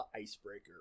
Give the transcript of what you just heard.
icebreaker